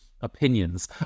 opinions